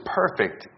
perfect